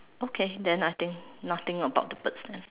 okay then I think nothing about the bird's nest